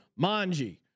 Manji